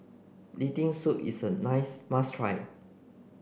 Lentil soup is a nice must try